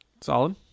Solid